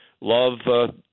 love